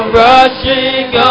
rushing